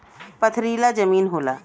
पथरीला जमीन होला